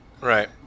Right